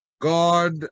God